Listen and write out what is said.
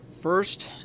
First